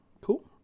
Cool